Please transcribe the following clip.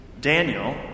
Daniel